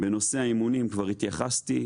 בנושא האימונים כבר התייחסתי,